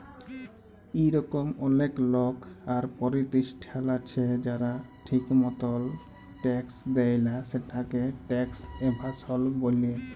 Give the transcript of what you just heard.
ইরকম অলেক লক আর পরতিষ্ঠাল আছে যারা ঠিক মতল ট্যাক্স দেয় লা, সেটকে ট্যাক্স এভাসল ব্যলে